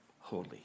Holy